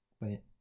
Wait